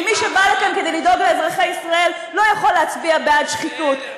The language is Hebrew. כי מי שבא לכאן כדי לדאוג לאזרחי ישראל לא יכול להצביע בעד שחיתות,